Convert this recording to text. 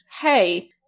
hey